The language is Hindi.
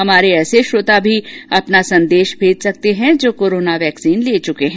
हमारे ऐसे श्रोता भी अपना संदेश भेज सकते है जो कोरोना वैक्सीन ले चुके हैं